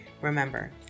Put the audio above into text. Remember